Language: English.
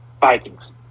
Vikings